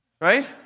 Right